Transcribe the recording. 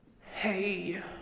Hey